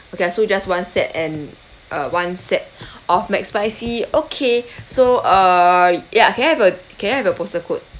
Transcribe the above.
okay ah so just one set and uh one set of mcspicy okay so err yeah can I have your can I have your postal code